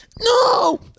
No